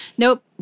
nope